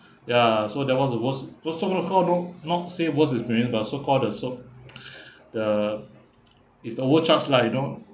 ya so that was the worst not not say worst is so called the soap the it's overcharged lah you know